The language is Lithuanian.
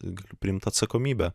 galiu priimt atsakomybę